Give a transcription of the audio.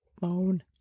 phone